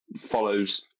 follows